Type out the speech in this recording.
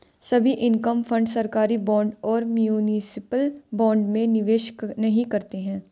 सभी income fund सरकारी bond और म्यूनिसिपल बॉन्ड में निवेश नहीं करते हैं